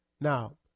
Now